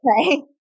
Okay